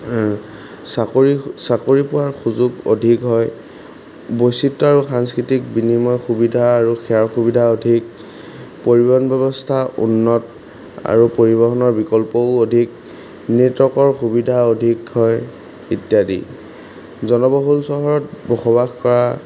চাকৰি চাকৰি পোৱাৰ সুযোগ অধিক হয় বৈচিত্ৰ আৰু সাংস্কৃতিক বিনিময় সুবিধা আৰু সেৱাৰ সুবিধা অধিক পৰিবহণ ব্যৱস্থা উন্নত আৰু পৰিবহণৰ বিকল্পও অধিক নেটৱৰ্কৰ সুবিধা অধিক হয় ইত্যাদি জনবহুল চহৰত বসবাস কৰা